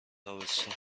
تابستون